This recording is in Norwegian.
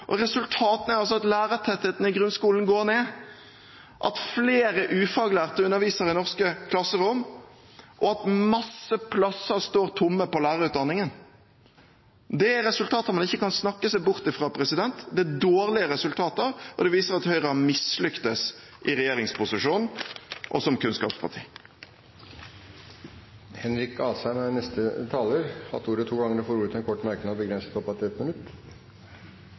Resultatene er at lærertettheten i grunnskolen går ned, at flere ufaglærte underviser i norske klasserom, og at mange plasser i lærerutdanningen står tomme. Det er resultater man ikke kan snakke seg bort fra. Det er dårlige resultater, og det viser at Høyre har mislyktes i regjeringsposisjon og som kunnskapsparti. Representanten Henrik Asheim har hatt ordet to ganger tidligere og får ordet til en kort merknad, begrenset til 1 minutt.